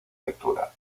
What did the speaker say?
lectura